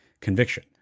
conviction